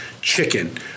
chicken